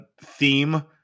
theme